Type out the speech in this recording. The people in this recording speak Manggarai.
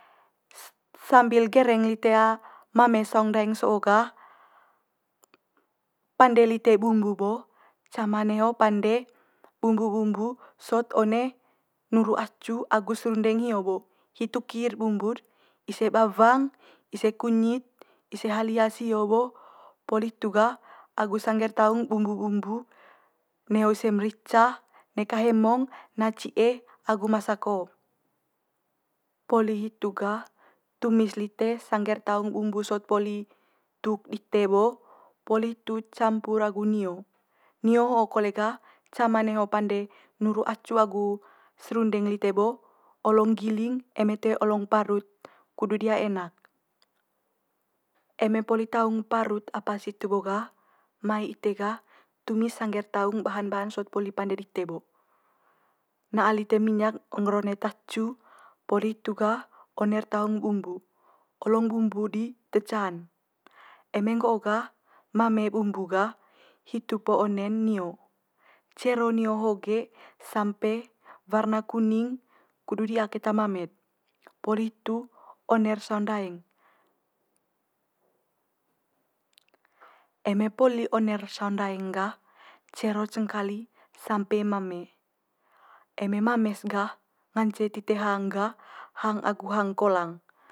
s- sambil gereng lite mame saung ndaeng so'o gah pande lite bumbu bo cama neho pande bumbu bumbu sot one nuru acu agu serundeng hio bo. Hitu ki'd bumbu'd ise bawang, ise kunyit, ise halia sio bo poli hitu gah agu sangger taung bumbu bumbu neho ise merica neka hemong na ci'e agu masako. Poli hitu gah tumis lite sangge'r taung bumbu sot poli tuk dite bo, poli hitu campur agu nio. Nio ho kole gah cama neho pande nuru acu agu serundeng lite bo olong giling eme toe olong parut kudut di'a enak. Eme poli taung parut apa situ bo gah mai ite gah tumis sangge'r taung bahan bahan sot pande dite bo. Na'a lite minyak ngger one tacu poli hitu gah one'r taung bumbu. Olong bumbu di te ca'n eme nggo'o gah mame bumbu gah hitu po one'n nio, cero nio ho ge sampe warna kuning kudu di'a keta mame'd, poli hitu one'r saung ndaeng. Eme poli one'r saung ndaeng gah cero cengkali sampe mame. Eme mame's gah ngance tite hang gah hang agu hang kolang.